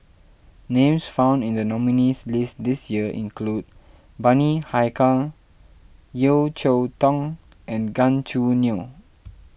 names found in the nominees' list this year include Bani Haykal Yeo Cheow Tong and Gan Choo Neo